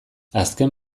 azken